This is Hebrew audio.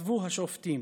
כתבו השופטים: